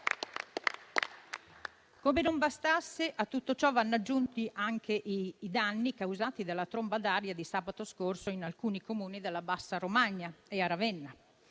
Come se non bastasse, a tutto ciò vanno aggiunti i danni causati dalla tromba d'aria di sabato scorso in alcuni Comuni della bassa Romagna e a Ravenna.